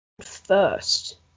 first